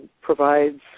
provides